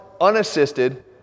unassisted